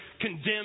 condemn